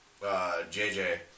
JJ